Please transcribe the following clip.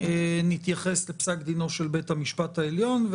נתייחס לפסק דינו של בית המשפט העליון.